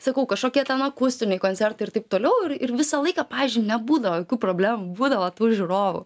sakau kažkokie ten akustiniai koncertai ir taip toliau ir ir visą laiką pavyzdžiui nebūdavo jokių problemų būdavo tų žiūrovų